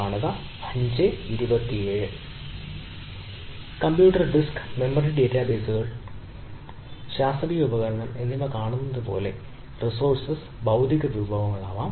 computer disk memory ഡാറ്റാബേസുകൾ network ശാസ്ത്രീയ ഉപകരണം എന്നിവ കാണുന്നതുപോലെ റിസോഴ്സ് ഭൌതിക വിഭവങ്ങളാകാം